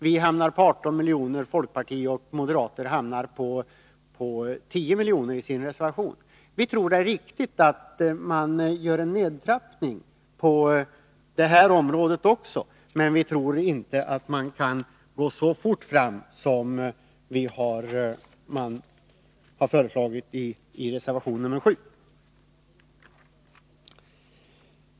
Vi har föreslagit 18 milj.kr., folkpartiet och moderata samlingspartiet 10 milj.kr. i sin reservation. Vi tycker att det är riktigt att man gör en nedtrappning även på det här området, men vi tror inte att man kan gå så fort fram som föreslås i reservation 7.